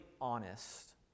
honest